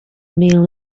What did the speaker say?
meal